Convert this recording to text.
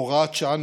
(הוראת שעה,